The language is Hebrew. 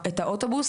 למעשה,